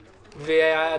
הממשלה,